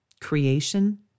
creation